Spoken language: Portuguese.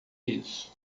isso